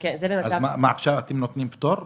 עכשיו אתם נותנים פטור?